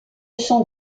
sont